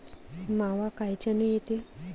मावा कायच्यानं येते?